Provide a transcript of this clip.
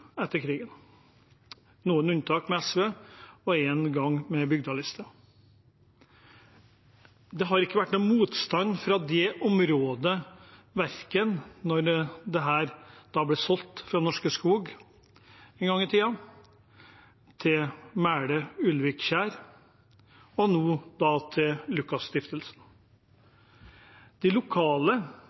noen unntak med SV og en gang med en bygdeliste. Det har ikke vært noen motstand fra det området verken da dette en gang i tida ble solgt fra Norske Skog til Mæle og Ulvig Kiær, og nå da til Lukas Stiftung. De lokale